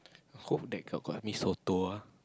hope that got got Mee-Soto ah